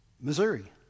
Missouri